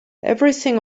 everything